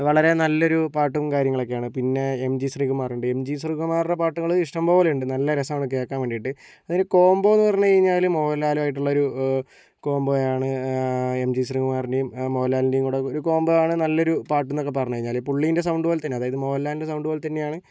വളരെ നല്ലൊരു പാട്ടും കാര്യങ്ങളൊക്കെയാണ് പിന്നെ എംജി ശ്രീകുമാറുണ്ട് എംജി ശ്രീകുമാറിൻ്റെ പാട്ടുകൾ ഇഷ്ടംപോലെയുണ്ട് നല്ല രസമാണ് കേൾക്കാൻ വേണ്ടിയിട്ട് അതൊരു കോംബോ എന്ന് പറഞ്ഞു കഴിഞ്ഞാല് മോഹൻലാലുമായിട്ടുള്ള ഒരു കോമ്പോയാണ് എംജി ശ്രീകുമാറിൻ്റെയും മോഹൻലാലിൻ്റെയും കൂടെ ഒരു കോമ്പോയാണ് നല്ലൊരു പാട്ട് എന്നൊക്കെ പറഞ്ഞു കഴിഞ്ഞാല് പുള്ളീൻ്റെ സൗണ്ട് പോലെ തന്നെ അതായത് മോഹൻലാലിൻ്റെ സൗണ്ട് പോലെതന്നെയാണ്